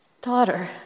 Daughter